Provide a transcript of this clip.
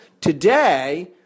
today